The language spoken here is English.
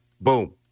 boom